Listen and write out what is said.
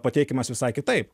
pateikiamas visai kitaip